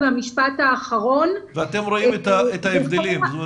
ואתם רואים את ההבדלים?